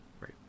right